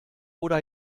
oder